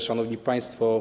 Szanowni Państwo!